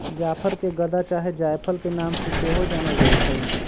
जाफर के गदा चाहे जायफल के नाम से सेहो जानल जाइ छइ